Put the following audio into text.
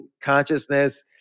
consciousness